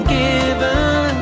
given